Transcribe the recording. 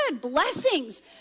blessings